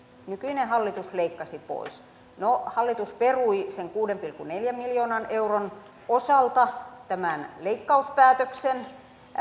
nykyinen hallitus leikkasi pois no hallitus perui sen kuuden pilkku neljän miljoonan euron osalta tämän leikkauspäätöksen